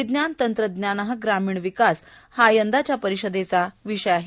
विज्ञान तंत्रज्ञानः ग्रामीण विकास हा यंदाच्या परिषदेचा विषय आहे